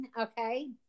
Okay